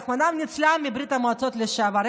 רחמנא ליצלן, הם מברית המועצות לשעבר.